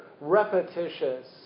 repetitious